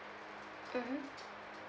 mmhmm